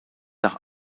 nach